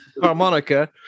Harmonica